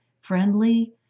friendly